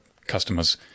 customers